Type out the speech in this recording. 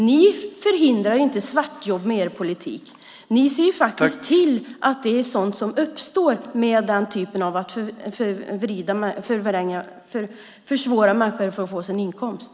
Ni förhindrar inte svartjobb med er politik; ni ser till att de uppstår genom att på detta sätt försvåra för människor att få sin inkomst.